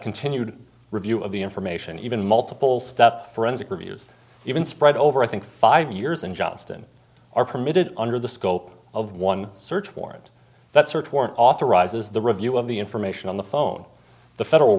continued review of the information even multiple step forensic reviews even spread over i think five years in johnston are permitted under the scope of one search warrant that search warrant authorizes the review of the information on the phone the federal